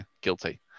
guilty